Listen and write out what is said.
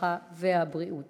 הרווחה והבריאות